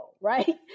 right